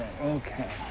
okay